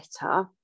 better